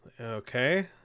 okay